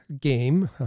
game